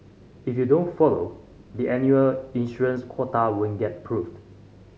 if you don't follow the annual issuance quota won't get approved